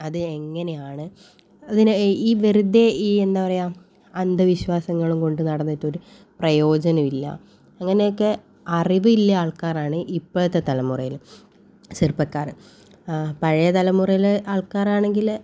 അത് എങ്ങനെയാണ് അതിനെ ഈ ഈ വെറുതെ ഈ എന്താ പറയാ അന്ധവിശ്വാസങ്ങളും കൊണ്ട് നടന്നിട്ടൊരു പ്രയോജനവില്ല അങ്ങനെക്കെ അറിവില്ലാ ആൾക്കാരാണ് ഇപ്പോഴത്തെ തലമുറേൽ ചെറുപ്പക്കാർ പഴയ തലമുറേലെ ആൾക്കാരാണെങ്കിൽ